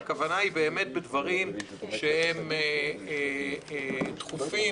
והכוונה היא לדברים שהם דחופים